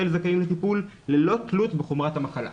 זכאים לטיפול ללא תלות בחומרת המחלה.